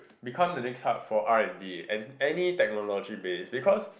become the next hub for R and D any technology base because